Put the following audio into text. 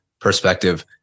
perspective